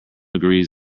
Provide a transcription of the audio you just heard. agrees